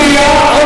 פעם שנייה.